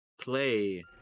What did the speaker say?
play